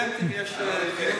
על הסטודנטים יש --- בחרדים.